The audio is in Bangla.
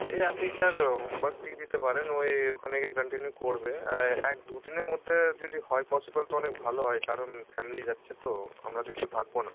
সে আপনি স্যার হোমওয়ার্ক দিয়ে দিতে পারেন ও ওখানে গিয়ে কন্টিনিউ করবে এক দু দিনের মধ্যে যদি হয় পসিবল তো অনেক ভালো হয় কারণ ফ্যামিলি যাচ্ছে তো আমরা তো কেউ থাকব না